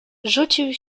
rzucił